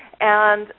and